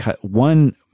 One